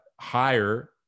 higher